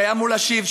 שהיה אמור להשיב,